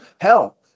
Hell